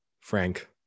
Frank